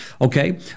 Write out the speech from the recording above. Okay